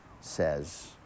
says